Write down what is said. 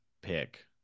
pick